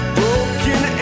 Broken